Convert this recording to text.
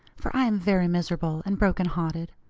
for i am very miserable and broken-hearted.